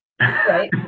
Right